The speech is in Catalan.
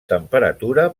temperatura